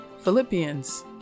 Philippians